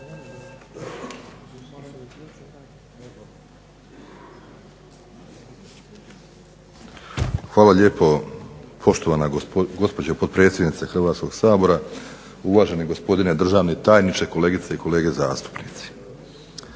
Hvala lijepo poštovana gospođo potpredsjednice Hrvatskog sabora, uvaženi gospodine državni tajniče, kolegice i kolege zastupnici.